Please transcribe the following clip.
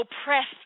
oppressed